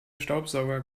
staubsauger